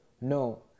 No